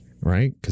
right